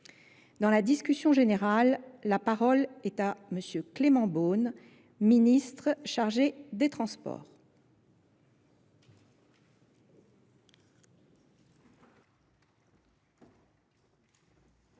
dans la discussion générale la parole est à monsieur clément beaune ministre chargé des transports